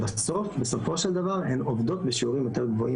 בסופו של דבר הן עובדות בשיעורים יותר גבוהים